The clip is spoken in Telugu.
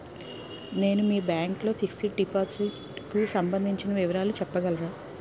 నేను మీ బ్యాంక్ లో ఫిక్సడ్ డెపోసిట్ కు సంబందించిన వివరాలు చెప్పగలరా?